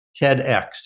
TEDx